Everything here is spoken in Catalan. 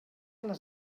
les